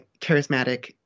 charismatic